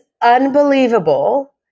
unbelievable